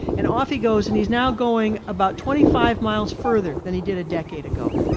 and off he goes, and he's now going about twenty five miles further than he did a decade ago.